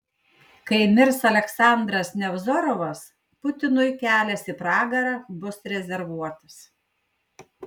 kai mirs aleksandras nevzorovas putinui kelias į pragarą bus rezervuotas